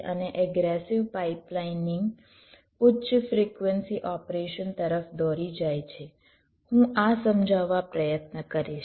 અને aggressive pipelining ઉચ્ચ frequency operation તરફ દોરી જાય છે હું આ સમજાવવા પ્રયત્ન કરીશ